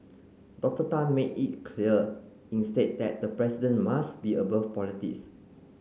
Doctor Tang made it clear instead that the president must be above politics